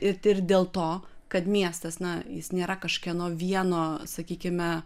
ir ir dėl to kad miestas na jis nėra kažkieno vieno sakykime